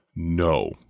No